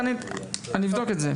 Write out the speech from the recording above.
אני אבדוק את זה.